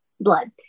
blood